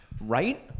Right